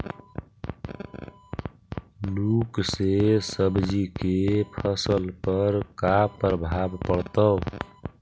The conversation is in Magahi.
लुक से सब्जी के फसल पर का परभाव पड़तै?